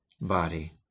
body